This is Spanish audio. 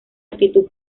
actitud